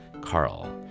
Carl